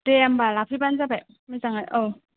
दे होमबा लाफैबानो जाबाय मोजाङै ओव